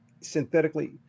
synthetically